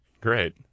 Great